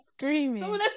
screaming